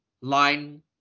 line